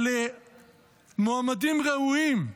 על מועמדים ראויים,